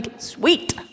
sweet